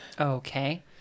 okay